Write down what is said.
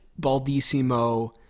Baldissimo